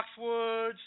Foxwoods